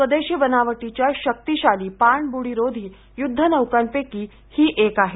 स्वदेशी बनावटीच्या शक्तिशाली पाणबुडीरोधी युद्धनौकांपैकी ही एक आहे